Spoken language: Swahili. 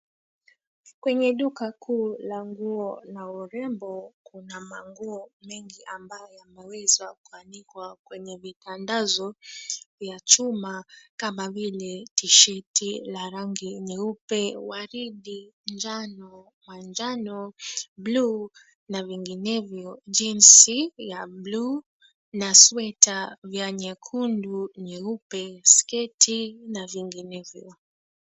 Kwenye duka kuu la nguo na urembo, kuna manguo mengi ambayo yameweza kuanikwa kwenye mitandazo ya chuma kama vile tisheti la rangi nyeupe, waridi, njano, manjano, buluu na vinginevyo. Jinsi ya buluu na sweta vya nyekundu, nyeupe, sketi na vinginevyo.